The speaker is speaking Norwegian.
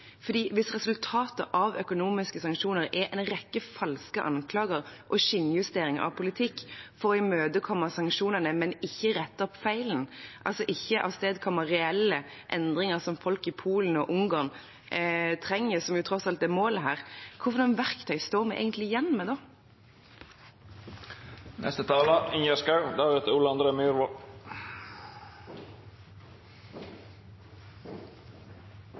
hvis resultatet av økonomiske sanksjoner er en rekke falske anklager og skinnjustering av politikk for å imøtekomme sanksjonene, men ikke å rette feilen – altså ikke avstedkomme reelle endringer som folk i Polen og Ungarn trenger, som tross alt er målet her – hva slags verktøy står vi egentlig igjen med